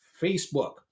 Facebook